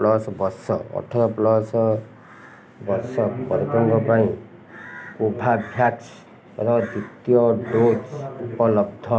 plus ବର୍ଷ ବର୍ଗଙ୍କ ପାଇଁ କୋଭୋଭ୍ୟାକ୍ସର ଦ୍ୱିତୀୟ ଡୋଜ୍ ଉପଲବ୍ଧ